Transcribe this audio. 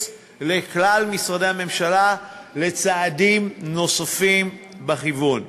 לכלל משרדי הממשלה לצעדים נוספים בכיוון.